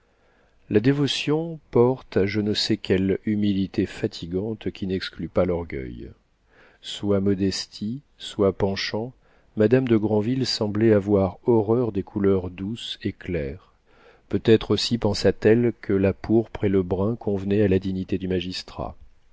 la dévotion porte à je ne sais quelle humilité fatigante qui n'exclut pas l'orgueil soit modestie soit penchant madame de granville semblait avoir horreur des couleurs douces et claires peut-être aussi pensa-t-elle que la pourpre et le brun convenaient à la dignité du magistrat